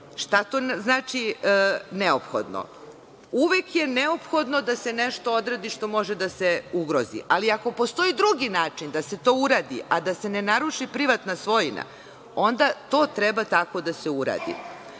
Šta to znači neophodno? Uvek je neophodno da se nešto odradi što može da se ugrozi. Ali ako postoji drugi način da se to uradi, a da se ne naruši privatna svojina, onda to treba tako da se uradi.